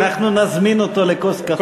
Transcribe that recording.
אנחנו נזמין אותו לכוס קפה,